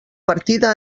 partida